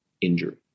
injury